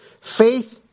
Faith